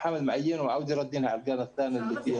אני עובר לשאר הנושאים שהכנו להתייחסות.